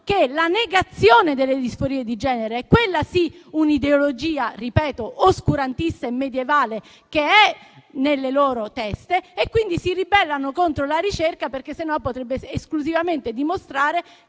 che la negazione delle disforie di genere, è - quella sì - un'ideologia oscurantista e medievale che è nelle loro teste e quindi si ribellano contro la ricerca perché potrebbe esclusivamente dimostrare